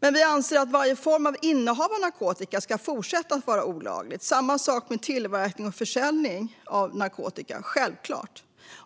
Men vi anser att varje form av innehav av narkotika ska fortsätta att vara olagligt, och samma sak med tillverkning och försäljning av narkotika - självklart.